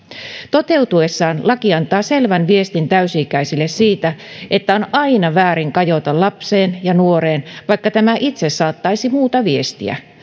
toteutuessaan laki antaa selvän viestin täysi ikäisille siitä että on aina väärin kajota lapseen ja nuoreen vaikka tämä itse saattaisi muuta viestiä